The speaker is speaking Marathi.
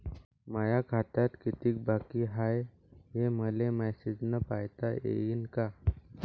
माया खात्यात कितीक बाकी हाय, हे मले मेसेजन पायता येईन का?